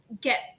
get